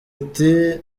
iti